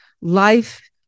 life